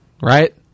Right